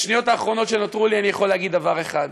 בשניות האחרונות שנותרו לי אני יכול להגיד דבר אחד: